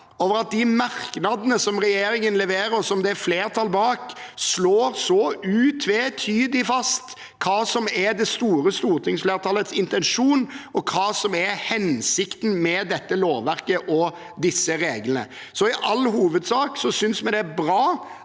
for at de merknadene regjeringspartiene leverer, og som det er flertall bak, slår så utvetydig fast hva som er det store stortingsflertallets intensjon, og hva som er hensikten med dette lovverket og disse reglene. I all hovedsak syns vi det er bra